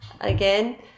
again